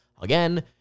Again